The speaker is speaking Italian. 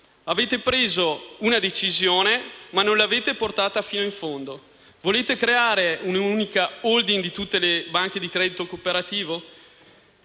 Avete preso una decisione, ma non l'avete portata fino in fondo. Volete creare una unica *holding* di tutte le banche di credito cooperativo